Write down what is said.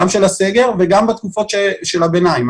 גם של הסגר וגם בתקופות הביניים.